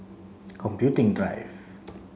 Computing Drive